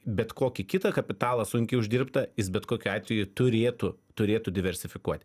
bet kokį kitą kapitalą sunkiai uždirbtą jis bet kokiu atveju turėtų turėtų diversifikuoti